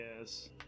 yes